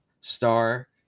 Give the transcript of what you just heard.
star